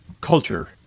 culture